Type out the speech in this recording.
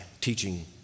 teaching